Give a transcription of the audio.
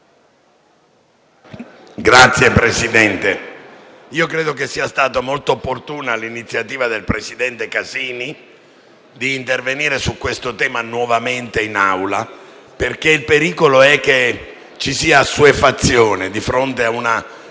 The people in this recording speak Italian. Signor Presidente, credo che sia stata molto opportuna l'iniziativa del senatore Casini di intervenire su questo tema nuovamente in Assemblea, perché il pericolo è che ci sia assuefazione di fronte a una